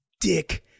Dick